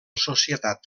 societat